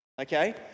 Okay